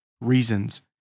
reasons